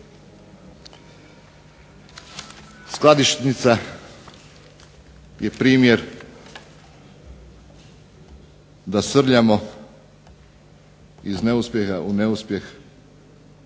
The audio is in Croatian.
Skladišnica je primjer da srljamo iz neuspjeha u neuspjeh